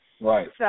Right